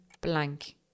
blank